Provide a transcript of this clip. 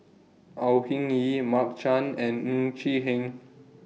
Au Hing Yee Mark Chan and Ng Chee Hen